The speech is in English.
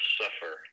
suffer